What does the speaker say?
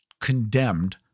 condemned